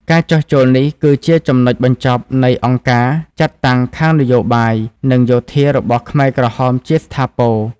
ការចុះចូលនេះគឺជាចំណុចបញ្ចប់នៃអង្គការចាត់តាំងខាងនយោបាយ និងយោធារបស់ខ្មែរក្រហមជាស្ថាពរ។